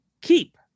keep